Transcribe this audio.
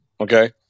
Okay